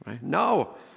No